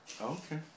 Okay